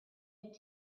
had